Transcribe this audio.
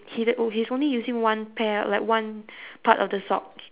he's o~ oh he's only using one pair like one part of the sock